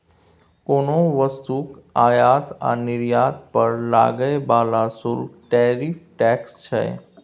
कोनो वस्तुक आयात आ निर्यात पर लागय बला शुल्क टैरिफ टैक्स छै